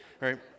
Right